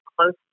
close